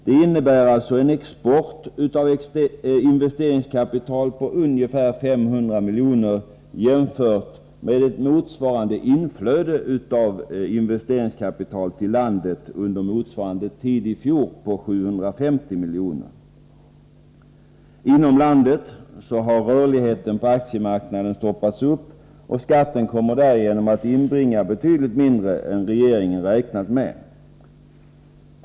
Detta innebär en export av investeringskapital på ungefär 500 milj.kr. jämfört med ett motsvarande inflöde av investeringskapital till landet i förhållande till samma tid i fjol på 750 milj.kr. Inom landet har rörligheten på aktiemarknaden stoppats upp, och skatten kommer därigenom att inbringa betydligt mindre än regeringen räknat med.